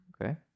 Okay